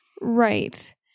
Right